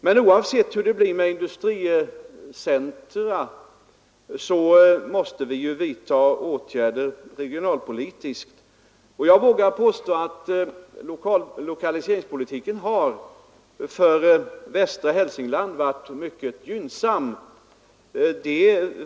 Men oavsett hur det blir med industricentra måste vi vidta regionalpolitiska åtgärder. Jag vågar påstå att industrialiseringspolitiken för Hälsingland varit mycket gynnsam.